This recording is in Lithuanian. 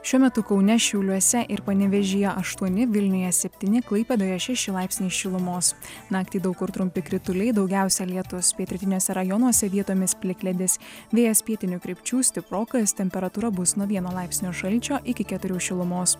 šiuo metu kaune šiauliuose ir panevėžyje aštuoni vilniuje septyni klaipėdoje šeši laipsniai šilumos naktį daug kur trumpi krituliai daugiausia lietus pietrytiniuose rajonuose vietomis plikledis vėjas pietinių krypčių stiprokas temperatūra bus nuo vieno laipsnio šalčio iki keturių šilumos